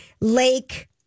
Lake